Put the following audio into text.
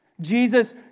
Jesus